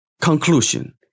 Conclusion